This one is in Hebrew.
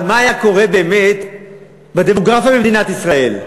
אבל מה היה קורה באמת בדמוגרפיה של מדינת ישראל?